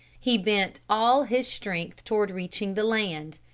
he bent all his strength toward reaching the land.